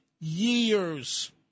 years